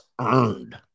earned